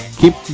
keep